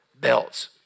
belts